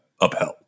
upheld